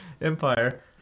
Empire